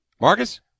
Marcus